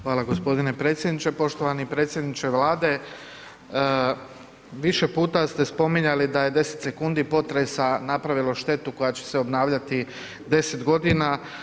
Hvala g. predsjedniče, poštovani predsjedniče Vlade, više puta ste spominjali da je 10 sekundi potresa napravilo štetu koja će se obnavljati 10 godina.